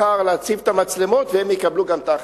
מחר להציב את המצלמות והם יקבלו גם את ההכנסות.